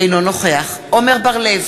אינו נוכח עמר בר-לב,